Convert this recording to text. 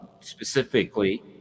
specifically